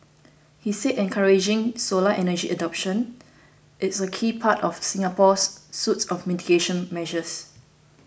he said encouraging solar energy adoption is a key part of Singapore's suite of mitigation measures